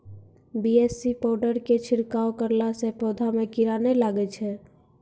BAC powder के छिड़काव करला से पौधा मे कीड़ा नैय लागै छै?